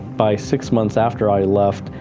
by six months after i left,